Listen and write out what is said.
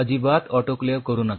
अजिबात ऑटोक्लेव्ह करू नका